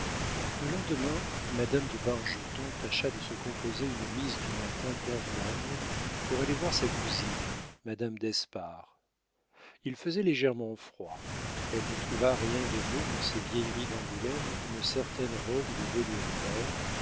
le lendemain madame de bargeton tâcha de se composer une mise du matin convenable pour aller voir sa cousine madame d'espard il faisait légèrement froid elle ne trouva rien de mieux dans ses vieilleries d'angoulême qu'une certaine robe de velours vert